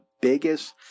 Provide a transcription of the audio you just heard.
biggest